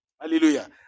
Hallelujah